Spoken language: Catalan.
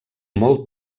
molt